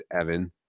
Evan